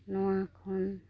ᱱᱚᱣᱟ ᱠᱷᱚᱱ